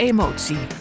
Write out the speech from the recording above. Emotie